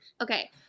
Okay